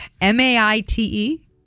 M-A-I-T-E